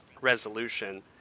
resolution